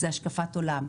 זו השקפת עולם.